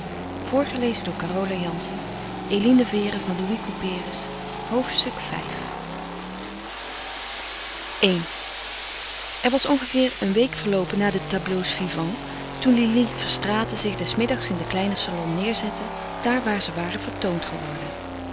i er was ongeveer een week verloopen na de tableaux-vivants toen lili verstraeten zich des middags in den kleinen salon neêrzette daar waar ze waren vertoond geworden